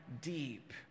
deep